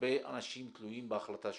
הרבה אנשים תלויים בהחלטה שלו.